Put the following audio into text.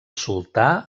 sultà